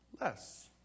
less